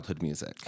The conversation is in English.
music